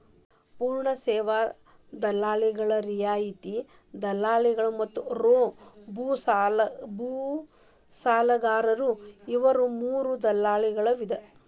ಪೂರ್ಣ ಸೇವಾ ದಲ್ಲಾಳಿಗಳು, ರಿಯಾಯಿತಿ ದಲ್ಲಾಳಿಗಳು ಮತ್ತ ರೋಬೋಸಲಹೆಗಾರರು ಇವು ಮೂರೂ ದಲ್ಲಾಳಿ ವಿಧಗಳ